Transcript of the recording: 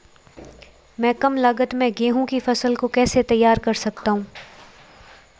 मैं कम लागत में गेहूँ की फसल को कैसे तैयार कर सकता हूँ?